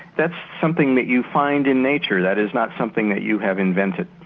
that's something that you find in nature that is not something that you have invented.